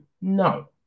No